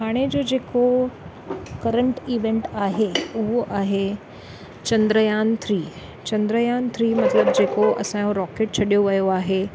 हाणे जो जेको करंट इवेंट आहे उहो आहे चंद्रयान थ्री चंद्रयान थ्री मतिलबु जेको असांजो रॉकेट छॾियो वियो आहे